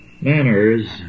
Manners